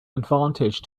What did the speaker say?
advantage